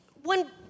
One